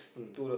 mm